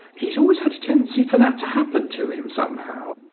he's always had a tendency for that to happen to him, somehow.